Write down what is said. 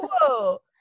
Whoa